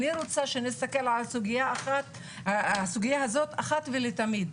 אני רוצה שנסכם על הסוגיה הזאת אחת ולתמיד.